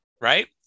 right